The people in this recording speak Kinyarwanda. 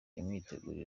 imyiteguro